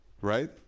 Right